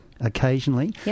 occasionally